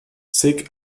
zig